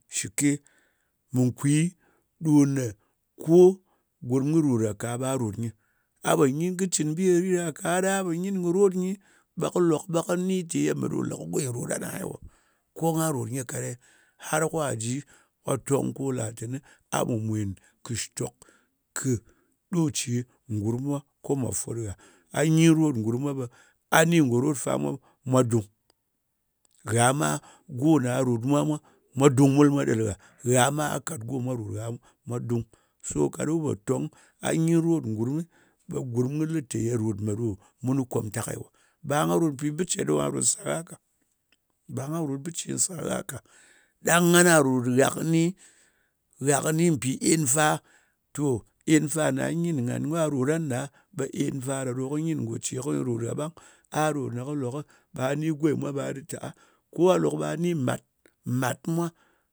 Shike mɨ kwi ɗo me ko gurum kɨ rot gha ka ɓa rot nyɨ. A po nyin kɨ cin bi rit gha ka ɓa a pɨ nyin kɨ rot nyi ɓa kɨ lok kɨni te me goyin rot gha newo? Ko gha rot ni ka ghewo har ko ajɨ on ton ko la tɨni a ɓa mwen kɨi shitok khɨ ce gurumwa ko me fot gha. A nyin rot ngurumwa ɓa a ni ta go rot fa mwa dun gha. Gha ma go mwa rot gha mwa dun ɓul mo ɗel gha. Gha mwa dun. So ka upoton a nyin rot ngurum ɓa gurum kɨ li te nye rot mɨɗo kɨ komtak nyewo? Ba gha rot bije ɗin sar gha ka ɗan gha rot gha lɨ ni pi ēnfa ko ā nyin gha ɗa mwa rot gha ɗa, ɓa ēnfa kɨ nyin goce kɨ rot gha bang. A ɗo nɨ kɨ le lok ɓa a ni goye le mat, mat mwa.